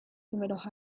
primeros